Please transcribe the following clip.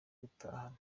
gutahana